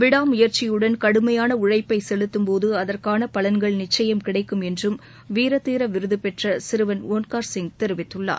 விடா முயற்சியுடன் கடுமையான உழைப்பை செலுத்தும்போது அதற்கான பலன்கள் நிச்சயம் கிடைக்கும் என்றும் வீர தீர விருது பெற்ற சிறுவன் ஒன்கார்சிங் தெரிவித்துள்ளார்